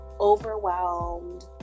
overwhelmed